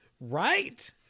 Right